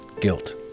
Guilt